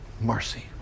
Mercy